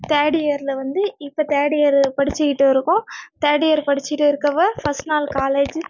third இயரில் வந்து இப்போ தேர்ட் இயர் படிச்சுக்கிட்டு இருக்கோம் தேர்ட் இயர் படிச்சுட்டே இருக்கறப்ப ஃபஸ்ட் நாள் காலேஜ்